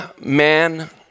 man